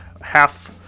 half